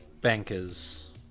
bankers